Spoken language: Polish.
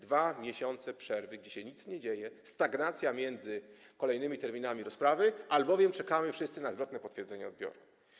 2 miesiące przerwy, gdzie się nic nie dzieje, jest stagnacja między kolejnymi terminami rozprawy, albowiem wszyscy czekamy na zwrotne potwierdzenie odbioru.